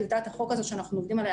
טיוטת החוק הזאת שאנחנו עובדים עליה